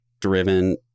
driven